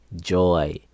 joy